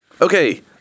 Okay